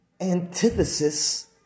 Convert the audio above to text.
antithesis